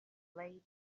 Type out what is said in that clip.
blade